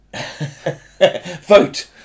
Vote